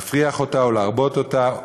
להפריח אותה ולהרבות אותה,